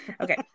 Okay